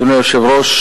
אדוני היושב-ראש,